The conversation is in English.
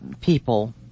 people